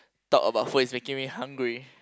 talk about food is making me hungry